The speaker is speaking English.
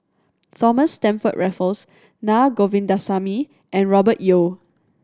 Thomas Stamford Raffles Naa Govindasamy and Robert Yeo